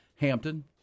Hampton